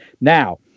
now